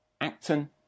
Acton